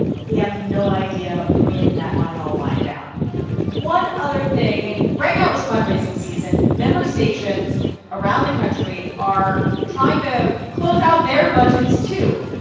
but we have no idea when that might all wind down one other thing right now is fundraising season. member stations around the country are trying to close out their budgets, too.